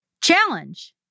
Challenge